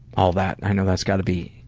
all that. i know that's got to be